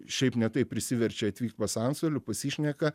šiaip ne taip prisiverčia atvykt pas antstolį pasišneka